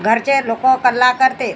घरचे लोक कल्ला करते